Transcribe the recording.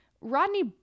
Rodney